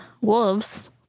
Wolves